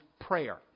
prayer